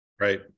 Right